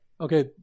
Okay